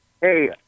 Hey